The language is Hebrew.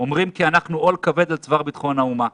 אומרים כי אנחנו עול כבד על צוואר ביטחון האומה.